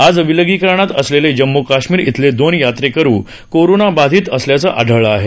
आज विलीगीकरणात असलेले जम्म् काश्मीर इथले दोन यात्रेकरू कोरोना बाधित असल्याचं आढळलं आहे